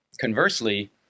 conversely